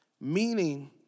Meaning